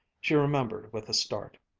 she remembered with a start.